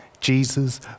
Jesus